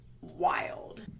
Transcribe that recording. wild